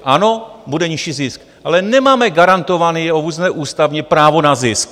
Ano, bude nižší zisk, ale nemáme garantované ústavní právo na zisk.